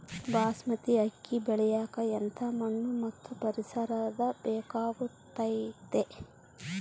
ಬಾಸ್ಮತಿ ಅಕ್ಕಿ ಬೆಳಿಯಕ ಎಂಥ ಮಣ್ಣು ಮತ್ತು ಪರಿಸರದ ಬೇಕಾಗುತೈತೆ?